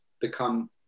become